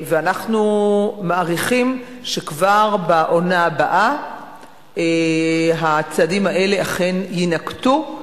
אנחנו מעריכים שכבר בעונה הבאה הצעדים האלה אכן יינקטו.